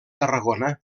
tarragona